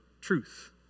truth